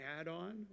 add-on